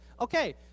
okay